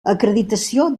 acreditació